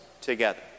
together